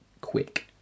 quick